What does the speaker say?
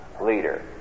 Leader